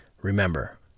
Remember